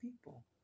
people